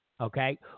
Okay